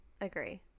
Agree